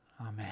amen